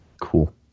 Cool